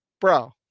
Bro